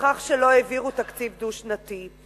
בכך שלא העבירו תקציב דו-שנתי.